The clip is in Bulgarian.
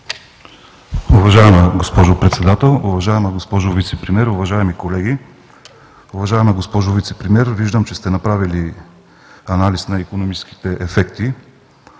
Уважаема госпожо Председател, уважаема госпожо Вицепремиер, уважаеми колеги! Уважаема госпожо Вицепремиер, виждам, че сте направили анализ на икономическите ефекти,